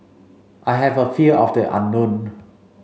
I have a fear of the unknown